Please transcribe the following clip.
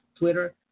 Twitter